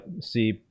see